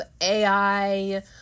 AI